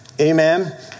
Amen